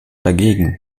dagegen